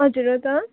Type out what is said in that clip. हजुर हो त